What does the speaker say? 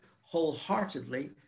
wholeheartedly